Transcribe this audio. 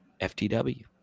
FTW